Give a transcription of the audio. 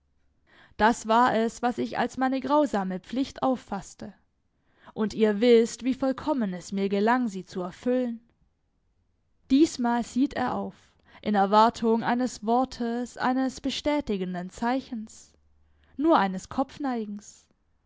das war es was ich als meine grausame pflicht auffaßte und ihr wißt wie vollkommen es mir gelang sie zu erfüllen diesmal sieht er auf in erwartung eines wortes eines bestätigenden zeichens nur eines